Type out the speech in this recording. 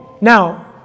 Now